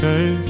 Say